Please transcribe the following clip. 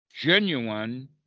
genuine